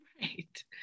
Right